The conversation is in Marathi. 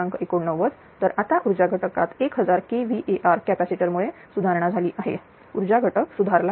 89 तर आता ऊर्जा घटकात 1000 kVAr कॅपॅसिटर मुळे सुधारणा झाली आहे ऊर्जा घटक सुधारला आहे